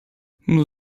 nur